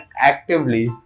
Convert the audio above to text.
actively